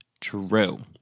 True